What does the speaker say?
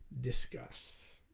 discuss